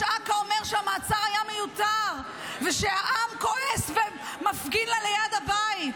אכ"א אומר שהמעצר היה מיותר ושהעם כועס ומפגין לה ליד הבית,